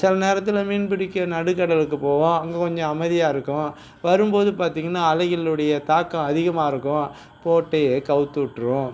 சில நேரத்தில் மீன் பிடிக்க நடுகடலுக்கு போவோம் அங்கே கொஞ்சம் அமைதியாக இருக்கும் வரும்போது பார்த்தீங்கன்னா அலைகளுடைய தாக்கம் அதிகமாக இருக்கும் போட்டையே கவுத்துவிட்ரும்